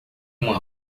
uma